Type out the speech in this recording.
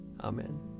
Amen